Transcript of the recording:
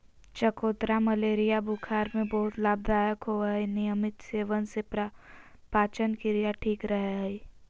चकोतरा मलेरिया बुखार में बहुत लाभदायक होवय हई नियमित सेवन से पाचनक्रिया ठीक रहय हई